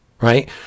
right